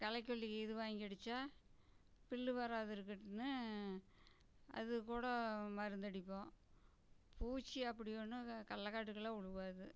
களைக்கொல்லி இது வாங்கி அடிச்சால் புல்லு வராம இருக்கட்டுன்னு அதுக்கூட மருந்தடிப்போம் பூச்சி அப்படி ஒன்றும் க கடல்லக்காட்டுக்குள்ள விழுவாது